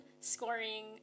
scoring